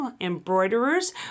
embroiderers